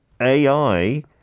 AI